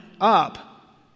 up